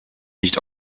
nicht